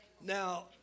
Now